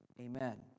amen